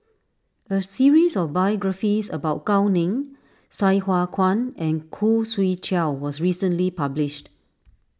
a series of biographies about Gao Ning Sai Hua Kuan and Khoo Swee Chiow was recently published